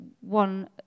one